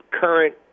current